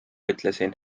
ütlesin